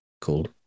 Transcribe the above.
called